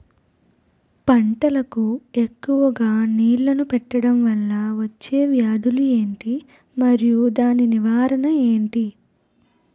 పంటలకు ఎక్కువుగా నీళ్లను పెట్టడం వలన వచ్చే వ్యాధులు ఏంటి? మరియు దాని నివారణ ఏంటి?